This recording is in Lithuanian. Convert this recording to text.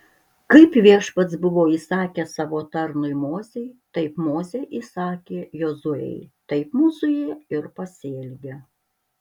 kaip viešpats buvo įsakęs savo tarnui mozei taip mozė įsakė jozuei taip jozuė ir pasielgė